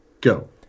go